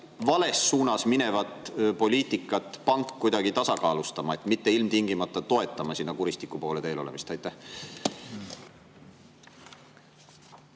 vales suunas minevat poliitikat kuidagi tasakaalustama, mitte ilmtingimata toetama kuristiku poole teel olemist? Aitäh